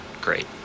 great